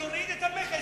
תוריד את המכס,